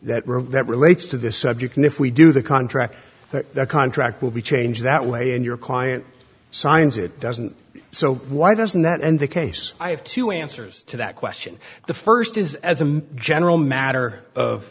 that relates to this subject and if we do the contract that the contract will be changed that way in your client signs it doesn't so why doesn't that end the case i have two answers to that question the first is as a general matter of